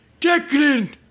Declan